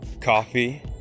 coffee